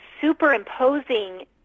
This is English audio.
superimposing